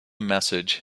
message